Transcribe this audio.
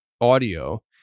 audio